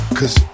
Cause